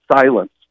silence